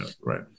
Right